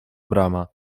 brama